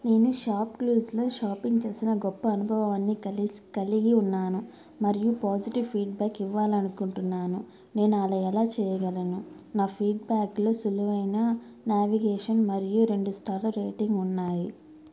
నేను షాప్క్లూస్లో షాపింగ్ చేసిన గొప్ప అనుభవాన్ని కలిగి కలిగి ఉన్నాను మరియు పాజిటివ్ ఫీడ్బ్యాక్ ఇవ్వాలి అనుకుంటున్నాను నేను అలా ఎలా చేయగలను నా ఫీడ్బ్యాక్లో సులువైన నావిగేషన్ మరియు రెండు స్టార్ల రేటింగ్ ఉన్నాయి